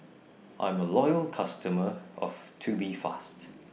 I'm A Loyal customer of Tubifast